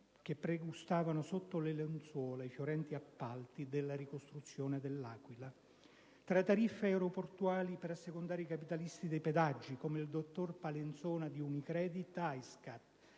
che pregustavano sotto le lenzuola i fiorenti appalti della ricostruzione dell'Aquila. Tra tariffe aeroportuali per assecondare i capitalisti dei pedaggi (come il dottor Palenzona di Unicredit-Aiscat),